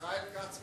ישראל כץ,